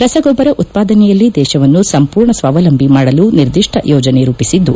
ರಸಗೊಬ್ಬರ ಉತ್ಪಾದನೆಯಲ್ಲಿ ದೇಶವನ್ನು ಸಂಪೂರ್ಣ ಸ್ವಾವಲಂಬಿ ಮಾಡಲು ನಿರ್ಧಿಷ್ಟ ಯೋಜನೆ ರೂಪಿಸಿದ್ದು